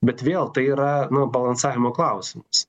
bet vėl tai yra nu balansavimo klausimas